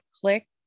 click